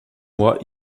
mois